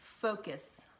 Focus